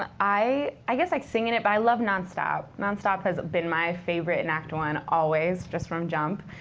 um i i guess like, singing it but i love non-stop. non-stop has been my favorite in act one, always, just from jump.